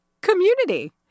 community